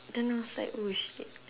then I was like oh shit